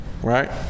Right